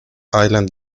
island